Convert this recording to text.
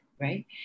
right